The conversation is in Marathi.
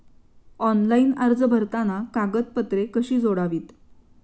ऑनलाइन अर्ज भरताना कागदपत्रे कशी जोडावीत?